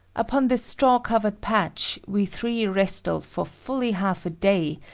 upon this straw-covered patch, we three wrestled for fully half a day,